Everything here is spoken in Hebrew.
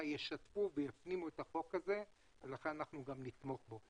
ישתפו ויפנימו את החוק הזה ולכן אנחנו נתמוך בו.